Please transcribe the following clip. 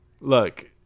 Look